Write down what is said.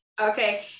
Okay